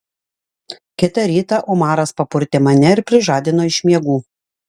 kitą rytą omaras papurtė mane ir prižadino iš miegų